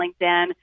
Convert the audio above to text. LinkedIn